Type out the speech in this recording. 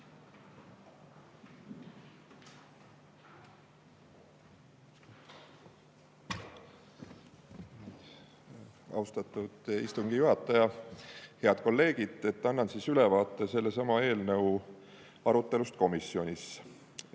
Austatud istungi juhataja! Head kolleegid! Annan ülevaate sellesama eelnõu arutelust komisjonis.